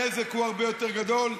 הנזק הוא הרבה יותר גדול,